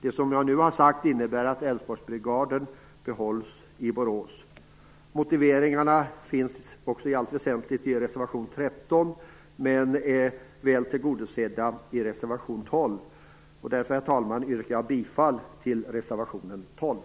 Det jag nu har sagt innebär att Älvsborgsbrigaden bör behållas i Borås. Motiveringarna finns i allt väsentligt i reservation 13, men är väl tillgodosedda också i reservation 12. Därför, herr talman, yrkar jag bifall till reservation 12.